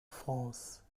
france